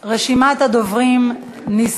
לפרוטוקול, על עצם